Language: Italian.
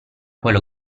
quello